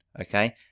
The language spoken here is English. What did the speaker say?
okay